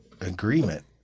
agreement